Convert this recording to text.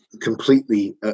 completely